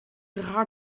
raar